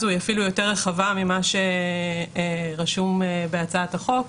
היא אפילו יותר רחבה ממה שרשום בהצעת החוק,